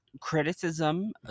criticism